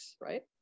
right